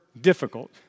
difficult